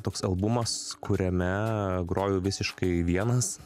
toks albumas kuriame groju visiškai vienas